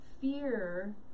fear